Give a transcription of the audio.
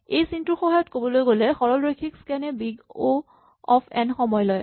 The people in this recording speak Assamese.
এই চিনটোৰ সহায়ত ক'বলৈ গ'লে সৰলৰৈখিক স্কেন এ বিগ অ' অফ এন সময় লয়